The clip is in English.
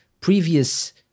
previous